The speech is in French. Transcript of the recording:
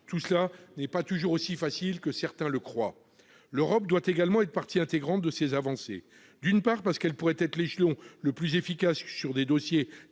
Tout cela n'est pas toujours aussi facile que certains le croient. L'Europe doit également être partie intégrante de ces avancées : d'une part, parce qu'elle pourrait être l'échelon le plus efficace sur des dossiers